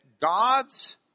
God's